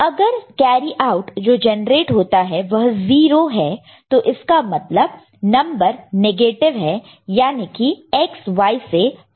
अगर carry out जो generate होता है वह 0 हो इसका मतलब नंबर नेगेटिव है याने की X Y से छोटा है